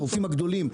הגופים הגדולים?